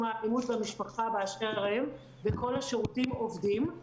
האלימות במשפחה באשר הם בכל השירותים עובדים.